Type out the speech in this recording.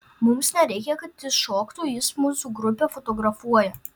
mums nereikia kad jis šoktų jis mūsų grupę fotografuoja